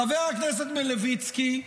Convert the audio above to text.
חבר הכנסת מלביצקי,